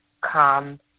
come